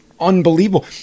unbelievable